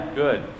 good